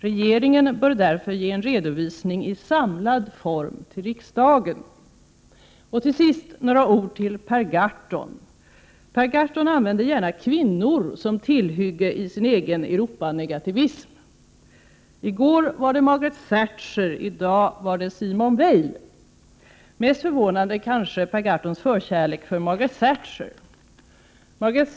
Regeringen bör därför ge en redovisning i samlad form till riksdagen. Till sist några ord till Per Gahrton. Per Gahrton använder gärna kvinnor som tillhygge i sin egen Europanegativism. I går var det Margaret Thatcher, i dag Simone Veil. Mest förvånar mig kanske Per Gahrtons förkärlek för 1 Margaret Thatcher.